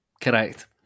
correct